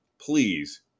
please